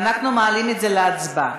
אנחנו מעלים את זה להצבעה.